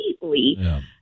completely